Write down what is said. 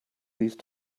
these